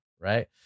Right